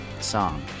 Song